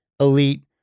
elite